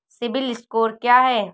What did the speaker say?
CIBIL score क्या है?